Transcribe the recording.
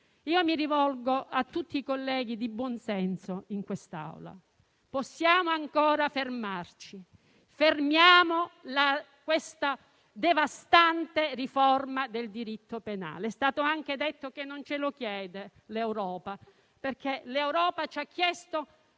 Mi rivolgo a tutti i colleghi di buon senso in quest'Aula: possiamo ancora fermarci. Fermiamo questa devastante riforma del diritto penale. È stato anche detto che non ce lo chiede l'Europa, che ci ha chiesto